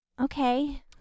Okay